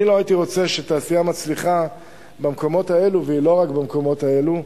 אני לא הייתי רוצה שתעשייה מצליחה במקומות האלה,